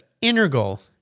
integral